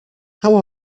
how